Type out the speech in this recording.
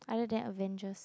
other than Avengers